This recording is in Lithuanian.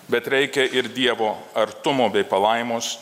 bet reikia ir dievo artumo bei palaimos